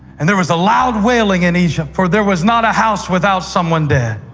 and there was loud wailing in egypt, for there was not a house without someone dead.